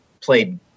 played